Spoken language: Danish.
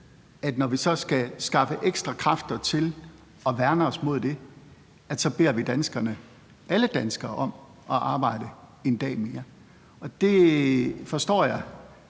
og hvor vi skal skaffe ekstra kræfter til at værne os mod det, at vi beder alle danskere om at arbejde en dag mere. Det forstår jeg